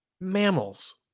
Mammals